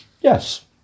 Yes